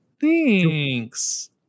thanks